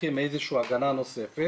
צריכים איזושהי הגנה נוספת.